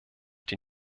die